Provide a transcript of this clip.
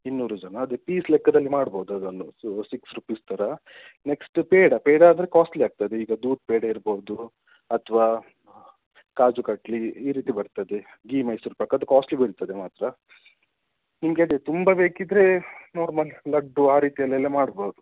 ಇನ್ನೂರು ಜನ ಅದೇ ಪೀಸ್ ಲೆಕ್ಕದಲ್ಲಿ ಮಾಡ್ಬೌದು ಅದನ್ನು ಸೊ ಸಿಕ್ಸ್ ರುಪೀಸ್ ಥರ ನೆಕ್ಸ್ಟ್ ಪೇಡ ಪೇಡ ಆದರೆ ಕಾಸ್ಟ್ಲಿ ಆಗ್ತದೆ ಈಗ ದೂದ್ ಪೇಡ ಇರ್ಬೌದು ಅಥವಾ ಕಾಜು ಕಟ್ಲಿ ಈ ರೀತಿ ಬರ್ತದೆ ಗೀ ಮೈಸೂರು ಪಾಕ್ ಅದು ಕಾಸ್ಟ್ಲಿ ಬೀಳ್ತದೆ ಮಾತ್ರ ನಿಮಗೆ ಅದು ತುಂಬ ಬೇಕಿದ್ದರೆ ನಾರ್ಮಲ್ ಲಡ್ಡು ಆ ರೀತಿಯಲ್ಲಿ ಎಲ್ಲ ಮಾಡ್ಬೌದು